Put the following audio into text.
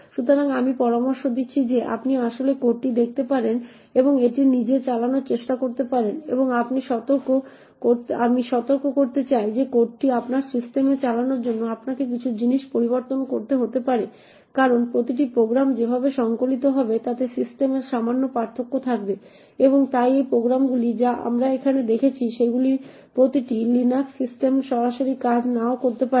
সুতরাং আমি পরামর্শ দিচ্ছি যে আপনি আসলে কোডটি দেখতে পারেন এবং এটি নিজে চালানোর চেষ্টা করতে পারেন এবং আমি সতর্ক করতে চাই যে কোডটি আপনার সিস্টেমে চালানোর জন্য আপনাকে কিছু জিনিস পরিবর্তন করতে হতে পারে কারণ প্রতিটি প্রোগ্রাম যেভাবে সংকলিত হবে তাতে সিস্টেমের সামান্য পার্থক্য থাকবে এবং তাই এই প্রোগ্রামগুলি যা আমরা এখানে দেখছি সেগুলি প্রতিটি LINUX সিস্টেমে সরাসরি কাজ নাও করতে পারে